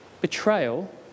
betrayal